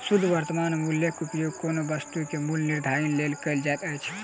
शुद्ध वर्त्तमान मूल्यक उपयोग कोनो वस्तु के मूल्य निर्धारणक लेल कयल जाइत अछि